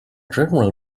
general